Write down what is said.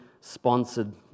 sponsored